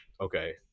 Okay